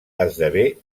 esdevé